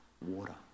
water